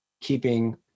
keeping